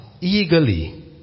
eagerly